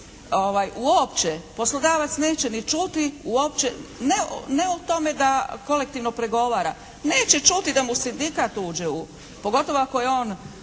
uopće poslodavac neće ni čuti uopće ne u tome da kolektivno pregovara, neće čuti da mu Sindikat uđe u, pogotovo ako je on